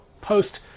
Post